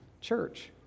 church